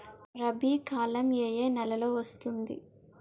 రబీ కాలం ఏ ఏ నెలలో వస్తుంది?